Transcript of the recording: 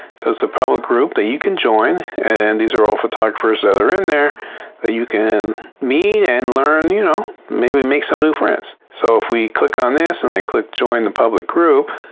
so it's the public group that you can join and these are all photographers that are in there that you can meet and learn, you know, maybe make some new friends. so if we click on this and i click join the public group.